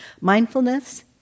Mindfulness